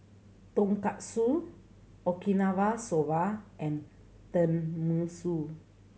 Tonkatsu Okinawa Soba and Tenmusu